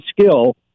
skill